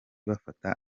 bafata